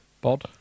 Bod